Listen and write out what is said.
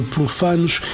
Profanos